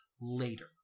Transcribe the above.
later